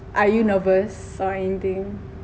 are you nervous or anything